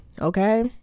okay